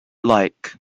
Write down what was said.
like